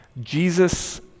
Jesus